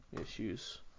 issues